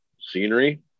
scenery